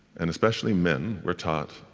and especially men, we're taught,